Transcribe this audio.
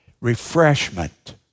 refreshment